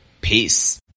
Peace